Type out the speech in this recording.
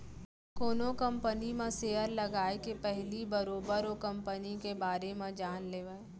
कोनो कंपनी म सेयर लगाए के पहिली बरोबर ओ कंपनी के बारे म जान लेवय